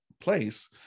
place